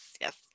Yes